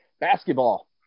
Basketball